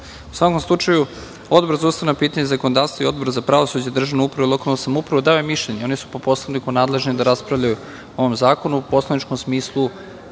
svakom slučaju, Odbor za ustavna pitanja i zakonodavstvo i Odbor za pravosuđe i državnu upravu i lokalnu samoupravu, dao je mišljenje i oni su po Poslovniku nadležni da raspravljaju o ovom zakonu, Poslovniku